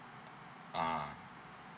ah